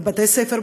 בבתי-ספר,